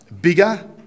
Bigger